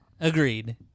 agreed